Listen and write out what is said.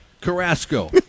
Carrasco